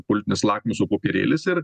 politinis lakmuso popierėlis ir